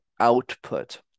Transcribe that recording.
output